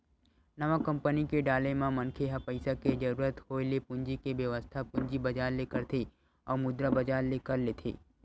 नवा कंपनी के डाले म मनखे ह पइसा के जरुरत होय ले पूंजी के बेवस्था पूंजी बजार ले करथे अउ मुद्रा बजार ले कर लेथे